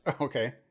Okay